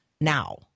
now